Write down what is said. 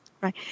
Right